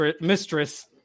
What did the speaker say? mistress